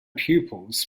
pupils